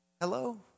Hello